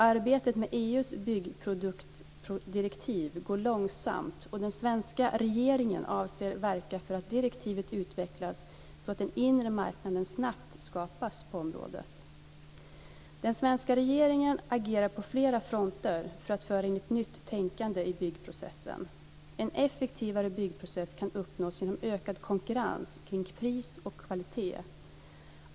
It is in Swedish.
Arbetet med EU:s byggproduktsdirektiv går långsamt, och den svenska regeringen avser att verka för att detta direktiv utvecklas så att den inre marknaden snabbt skapas på området. Den svenska regeringen agerar på flera fronter för att föra in ett nytt tänkande i byggprocessen. En effektivare byggprocess kan uppnås genom ökad konkurrens kring pris och kvalitet.